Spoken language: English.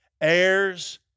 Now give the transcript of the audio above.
Heirs